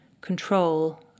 control